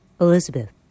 Elizabeth